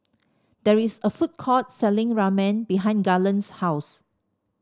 there is a food court selling Ramen behind Garland's house